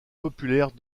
populaires